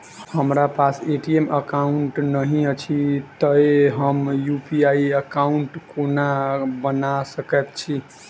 हमरा पास ATM card नहि अछि तए हम यु.पी.आई एकॉउन्ट कोना बना सकैत छी